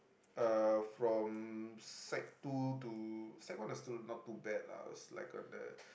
uh from sec two to sec one I still not too bad lah I was like on the